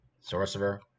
Sorcerer